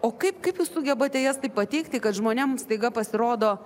o kaip kaip jūs sugebate jas pateikti kad žmonėms staiga pasirodo